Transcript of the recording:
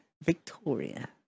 Victoria